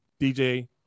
DJ